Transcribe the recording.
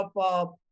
up